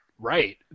right